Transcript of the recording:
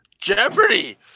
Jeopardy